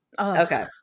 Okay